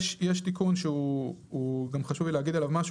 יש תיקון שגם חשוב לי להגיד עליו משהו,